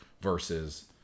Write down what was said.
Versus